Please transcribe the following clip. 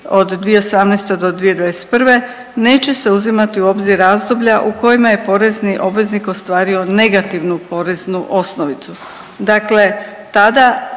od 2018. do 2021. neće se uzimati u obzir razdoblja u kojima je porezni obveznik ostvario negativnu poreznu osnovicu. Dakle, tada